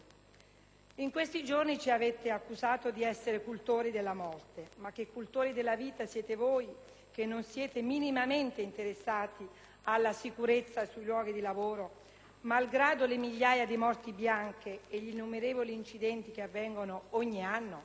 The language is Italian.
In questi giorni ci avete accusato di essere cultori della morte. Ma che cultori della vita siete voi, che non siete minimamente interessati alla sicurezza sui luoghi di lavoro, malgrado le migliaia di morti bianche e gli innumerevoli incidenti che avvengono ogni anno?